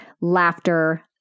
laughter